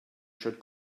should